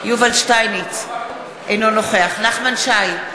שטייניץ, אינו נוכח נחמן שי,